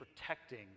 protecting